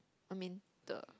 I mean the